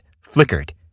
flickered